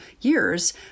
years